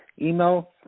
email